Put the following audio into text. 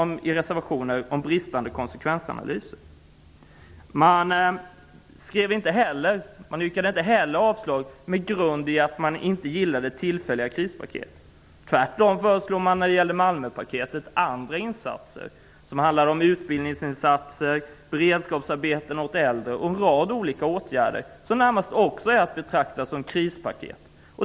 Men i reservationerna finns inte ett ord om bristande konsekvensanalyser. Man yrkade inte heller avslag med hänvisning till att man inte gillade tillfälliga krispaket. Tvärtom föreslog man när det gällde Malmöpaketet andra insatser - utbildningsinsatser, beredskapsarbeten för äldre och en rad andra åtgärder, som också kan betraktas som krispaket.